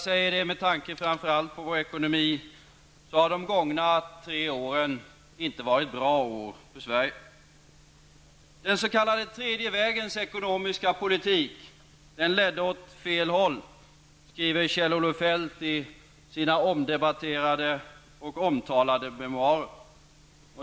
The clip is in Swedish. Med tanke framför allt på vår ekonomi har de gångna tre åren tyvärr inte varit bra år för Sverige. Den tredje vägens ekonomiska politik ledde åt fel håll, skriver Kjell-Olof Feldt i sina omdebatterade och omtalade memoarer.